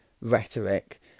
rhetoric